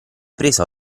preso